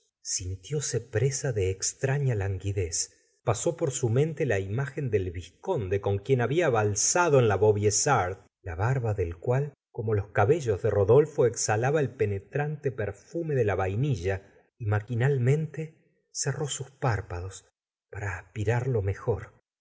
cabellos sintióse presa de estraria languidez pasó por su mente la imagen del vizconde con quien había valsado en la vaubyessard la barba del cual como los cabellos de rodolfo exhalaba el penetrante perfume de la vainilla y maquinalmente cerró sus párpados para aspirarlo mejor